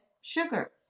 sugar